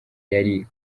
yari